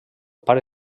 pare